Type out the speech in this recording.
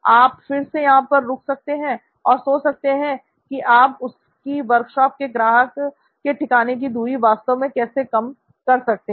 आप फिर से यहां पर रुक सकते हैं और सोच सकते हैं कि आप उसकी वर्कशॉप से ग्राहक के ठिकाने की दूरी वास्तव में कैसे कम कर सकते हैं